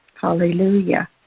Hallelujah